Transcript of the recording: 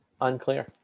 Unclear